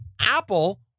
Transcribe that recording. Apple